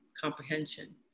comprehension